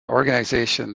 organization